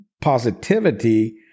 positivity